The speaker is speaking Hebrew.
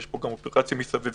יש אופרציה מסביב.